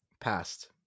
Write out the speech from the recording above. past